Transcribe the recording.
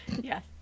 Yes